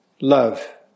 love